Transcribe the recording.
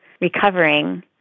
recovering